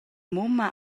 mumma